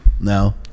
No